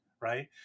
right